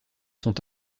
sont